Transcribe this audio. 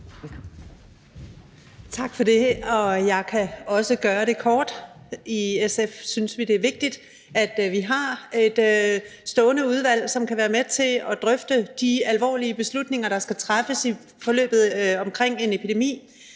Tak for det. Jeg kan også gøre det kort. I SF synes vi, det er vigtigt, at vi har et stående udvalg, som kan være med til at drøfte de alvorlige beslutninger, der skal træffes i forløbet omkring en epidemi.